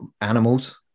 animals